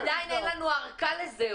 עדיין אין לנו ארכה לזה,